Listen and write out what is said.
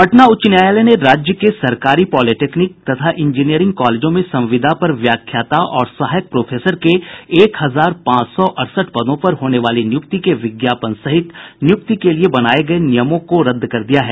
पटना उच्च न्यायालय ने राज्य के सरकारी पॉलिटेक्निक तथा इंजीनियरिंग कॉलेजों में संविदा पर व्याख्याता और सहायक प्रोफेसर के एक हजार पांच सौ अड़सठ पदों पर होने वाली नियुक्ति के विज्ञापन सहित नियुक्ति के लिए बनाये गये नियमों को रद्द कर दिया है